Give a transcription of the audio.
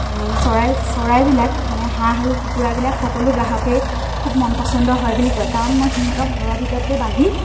চৰাই চৰাইবিলাক মানে হাঁহ আৰু কুকুৰাবিলাক সকলো গ্ৰাহকেই খুব মন পচন্দ হয় বুলি কয় কাৰণ মই সিহঁতক ঘৰৰ ভিতৰতে বান্ধি